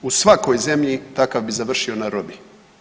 U svakoj zemlji takav bi završio na robiji.